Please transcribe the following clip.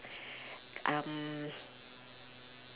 um